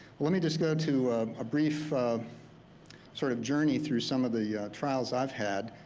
let me just go to a brief sort of journey through some of the trials i've had.